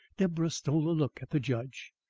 deborah stole a look at the judge.